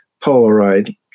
Polaroid